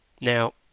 Now